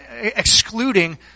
excluding